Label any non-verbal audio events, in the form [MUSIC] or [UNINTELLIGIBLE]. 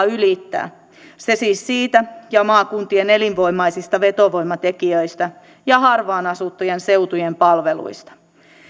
[UNINTELLIGIBLE] ylittää se siis siitä ja maakuntien elinvoimaisista vetovoimatekijöistä ja harvaan asuttujen seutujen palveluista